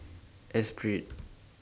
Esprit